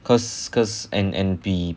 cause cause N_N_B